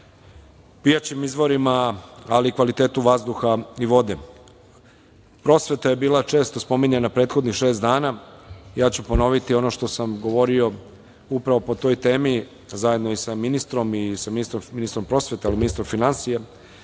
pijaćim izvorima, ali i kvalitetu vazduha i vode. Prosveta je bila često spominjana u prethodnih šest dana. Ja ću ponoviti ono što sam govorio upravo o toj temi zajedno i sa ministrom prosvete, ali i ministrom finansija.